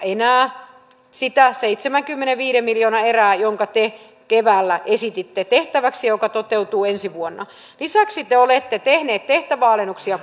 enää sitä seitsemänkymmenenviiden miljoonan erää jonka te keväällä esititte tehtäväksi ja joka toteutuu ensi vuonna lisäksi te olette tehneet